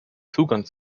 zugang